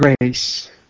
grace